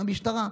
המשטרה.